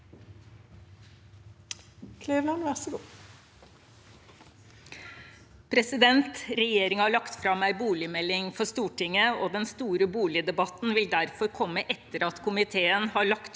Regjeringen har lagt fram en boligmelding for Stortinget. Den store boligdebatten vil derfor komme etter at komiteen har lagt